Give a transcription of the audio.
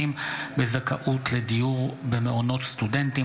מילואים בזכאות למעונות סטודנטים),